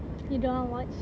you don't want to watch